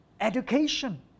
education